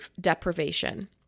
deprivation